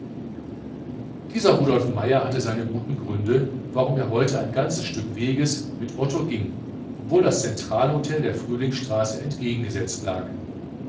dieser rudolf meier hatte seine guten gründe warum er heute ein ganzes stück weges mit otto ging obwohl das zentralhotel der frühlingsstraße entgegengesetzt lag